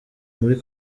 muri